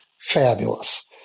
fabulous